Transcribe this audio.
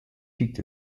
peaked